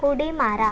उडी मारा